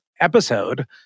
episode